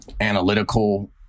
analytical